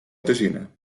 tõsine